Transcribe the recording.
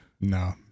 No